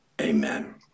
Amen